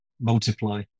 multiply